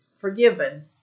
forgiven